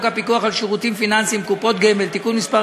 הפיקוח על שירותים פיננסיים (קופות גמל) (תיקון מס'